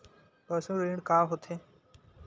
पशु ऋण का होथे?